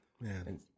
Man